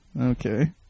Okay